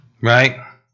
right